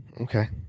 Okay